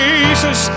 Jesus